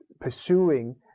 pursuing